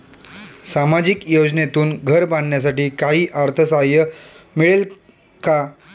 सामाजिक योजनेतून घर बांधण्यासाठी काही अर्थसहाय्य मिळेल का?